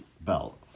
belt